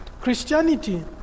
Christianity